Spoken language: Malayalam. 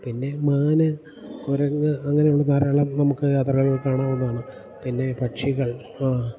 പിന്നെ മാന് കുരങ്ങ് അങ്ങനെ ഉള്ള ധാരാളം നമുക്ക് യാത്രകളിൽ കാണാവുന്നതാണ് പിന്നെ പക്ഷികൾ ആ